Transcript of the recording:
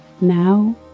now